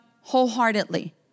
wholeheartedly